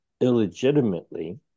Illegitimately